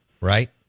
right